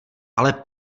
ale